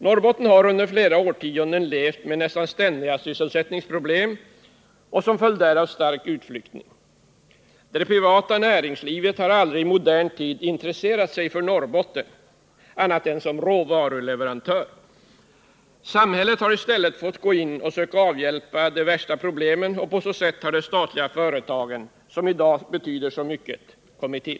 Norrbotten har nu under flera årtionden levt med nästan ständiga sysselsättningsproblem och som följd därav stark utflyttning. Det privata näringslivet har aldrig i modern tid intresserat sig för Norrbotten annat än som råvaruleverantör. Samhället har i stället fått gå in och söka avhjälpa de värsta problemen, och på så sätt har de statliga företag som i dag betyder så mycket kommit till.